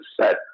set